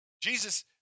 Jesus